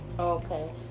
okay